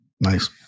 Nice